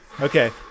Okay